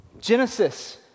Genesis